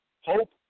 Hope